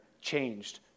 changed